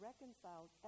reconciled